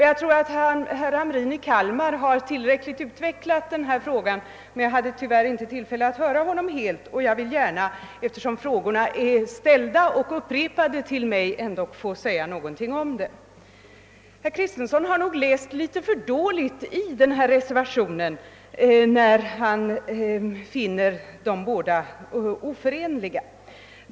Jag tror att herr Hamrin i Kalmar tillräckligt har utvecklat den saken, jag hade emellertid tyvärr inte tillfälle att höra herr Hamrins hela anförande och jag vill därför gärna, eftersom frågorna ställts till mig och upprepats, ändå säga någonting om dem. Herr Kristenson har nog läst dessa reservationer litet för dåligt, eftersom han finner dem oförenliga.